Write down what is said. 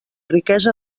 riquesa